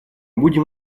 будем